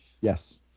yes